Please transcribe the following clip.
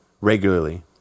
regularly